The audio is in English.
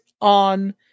on